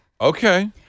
Okay